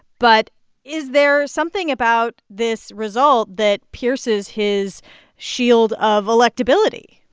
but is there something about this result that pierces his shield of electability?